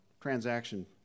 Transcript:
transaction